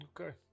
Okay